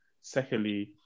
Secondly